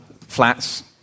flats